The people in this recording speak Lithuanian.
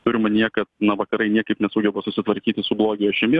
turiu omenyje kad na va vakarai niekaip nesugeba susitvarkyti su blogio ašimi